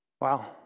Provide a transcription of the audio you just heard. Wow